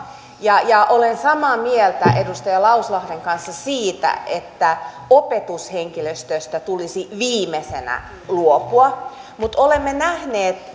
ja ja olen samaa mieltä edustaja lauslahden kanssa siitä että opetushenkilöstöstä tulisi viimeisenä luopua mutta olemme nähneet